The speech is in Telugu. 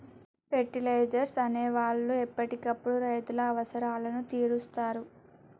ఫెర్టిలైజర్స్ అనే వాళ్ళు ఎప్పటికప్పుడు రైతుల అవసరాలను తీరుస్తారు